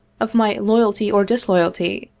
of my loyalty or disloyalty,